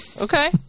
Okay